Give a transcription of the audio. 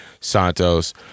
Santos